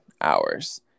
hours